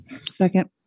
Second